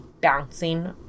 bouncing